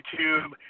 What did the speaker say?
YouTube